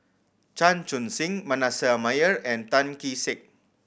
Chan Chun Sing Manasseh Meyer and Tan Kee Sek